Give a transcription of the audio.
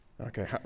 Okay